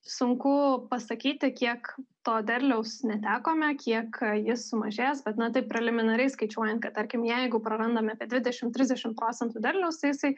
sunku pasakyti kiek to derliaus netekome kiek jis sumažės bet na taip preliminariai skaičiuojant kad tarkim jeigu prarandame apie dvidešimt trisdešim procentų derliaus tai jisai